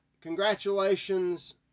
Congratulations